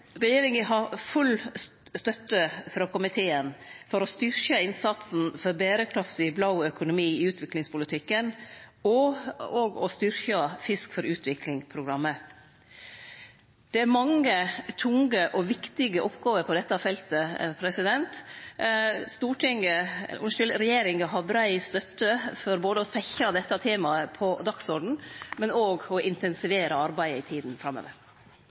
Regjeringa har full støtte frå komiteen for å styrkje innsatsen for ein berekraftig blå økonomi i utviklingspolitikken og for å styrkje Fisk for utvikling-programmet. Det er mange tunge og viktige oppgåver på dette feltet. Regjeringa har brei støtte både for å setje desse temaa på dagsorden og for å intensivere arbeidet i tida framover.